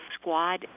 squad